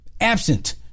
absent